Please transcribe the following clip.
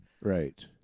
Right